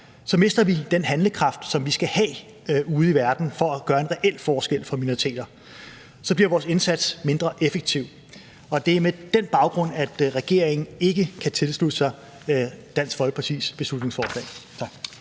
så mister vi den handlekraft, som vi skal have ude i verden for at gøre en reel forskel for minoriteter; så bliver vores indsats mindre effektiv. Og det er med den baggrund, at regeringen ikke kan tilslutte sig Dansk Folkepartis beslutningsforslag.